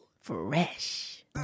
fresh